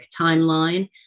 timeline